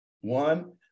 One-